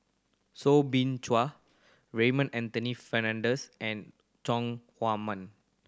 Soo Bin Chua Raymond Anthony Fernando and Chong Huamen